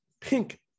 Pink